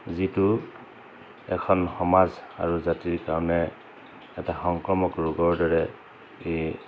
যিটো এখন সমাজ আৰু জাতিৰ কাৰণে এটা সংক্ৰমক ৰোগৰ দৰে এই